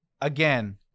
again